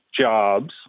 jobs